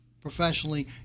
professionally